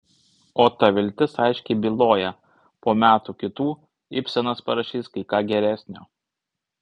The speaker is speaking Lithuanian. o ta viltis aiškiai byloja po metų kitų ibsenas parašys kai ką geresnio